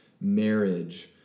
marriage